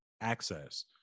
access